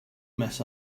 mess